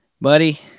Buddy